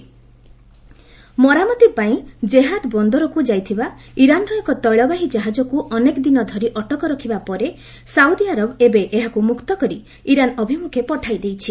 Iran Saudi tanker ମରାମତି ପାଇଁ Jeddah ବନ୍ଦରକୁ ଯାଇଥିବା ଇରାନ୍ର ଏକ ତୈଳବାହୀ ଜାହାଜକୁ ଅନେକ ଦିନ ଧରି ଅଟକ ରଖିବା ପରେ ସାଉଦି ଆରବ ଏବେ ଏହାକୁ ମୁକ୍ତ କରି ଇରାନ୍ ଅଭିମୁଖେ ପଠାଇ ଦେଇଛି